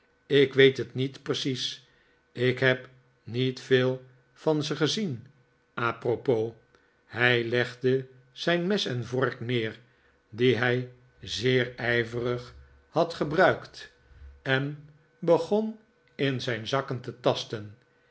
ik weet het niet precies ik heb niet veel van ze gezien a propos hij legde zijn mes en vork neer die hij zeer ijverig had gebruikt en begon in zijn zakken te fasten